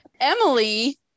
Emily